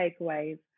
takeaways